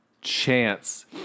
Chance